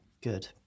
Good